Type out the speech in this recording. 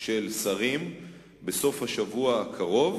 של שרים בסוף השבוע הקרוב,